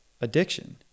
addiction